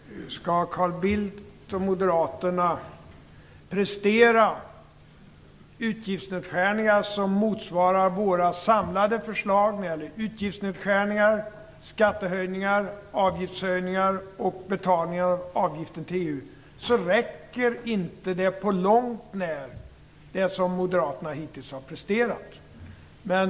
Det som Carl Bildt och moderaterna hittills har presterat i fråga om utgiftsnedskärningar som motsvarar våra samlade förslag om utgiftsnedskärningar, skattehöjningar, avgiftshöjningar och betalning av avgiften till EU, räcker inte på långt när.